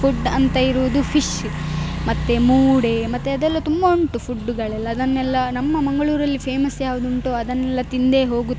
food ಅಂತ ಇರುವುದು fish ಮತ್ತು ಮೂಡೆ ಮತ್ತು ಅದೆಲ್ಲ ತುಂಬ ಉಂಟು ಫುಡ್ಡುಗಳೆಲ್ಲ ಅದನ್ನೆಲ್ಲ ನಮ್ಮ ಮಂಗಳೂರಲ್ಲಿ ಫೇಮಸ್ ಯಾವುದುಂಟು ಅದನ್ನೆಲ್ಲ ತಿಂದೇ ಹೋಗುತ್ತಾರೆ